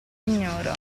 signora